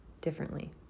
differently